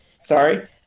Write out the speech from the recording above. sorry